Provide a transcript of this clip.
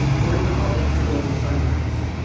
gordon calls it the global sunrise.